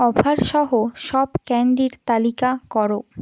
offer সহ সব ক্যান্ডির তালিকা কর